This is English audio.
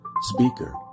Speaker